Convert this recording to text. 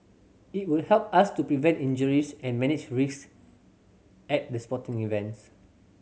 it will help us to prevent injuries and manage risk at the sporting events